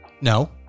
No